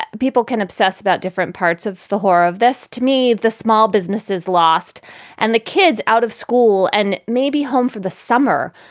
ah people can obsess about different parts of the horror of this. to me, the small businesses lost and the kids out of school and maybe home for the summer.